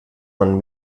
man